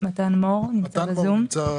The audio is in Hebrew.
מתן מור, בזום.